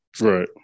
Right